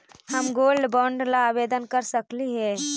हम gold bond ला आवेदन कर सकली हे?